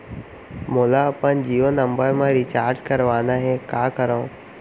मोला अपन जियो नंबर म रिचार्ज करवाना हे, का करव?